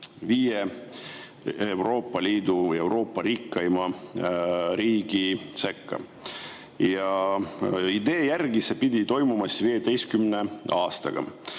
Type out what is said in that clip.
viie Euroopa Liidu ja Euroopa rikkaima riigi sekka. Ja idee järgi see pidi toimuma 15 aastaga.